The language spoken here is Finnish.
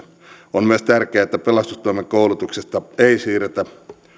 on myös tärkeää että pelastustoimen koulutuksesta ei siirretä